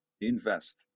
invest